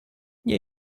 nie